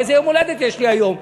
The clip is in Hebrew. איזה יום הולדת יש לי היום?